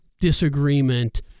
disagreement